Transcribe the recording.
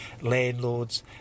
landlords